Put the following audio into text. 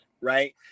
right